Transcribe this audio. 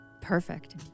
Perfect